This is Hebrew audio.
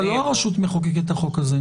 אבל לא הרשות מחוקקת את החוק הזה.